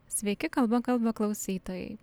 sveiki kalba kalba klausytojai